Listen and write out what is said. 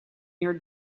your